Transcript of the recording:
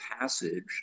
passage